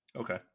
Okay